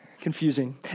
confusing